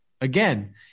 again